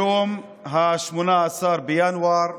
היום 18 בינואר,